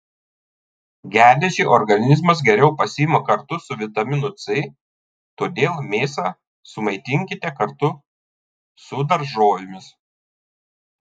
geležį organizmas geriau pasiima kartu su vitaminu c todėl mėsą sumaitinkite kartu su daržovėmis